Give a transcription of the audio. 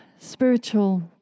spiritual